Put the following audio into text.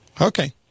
Okay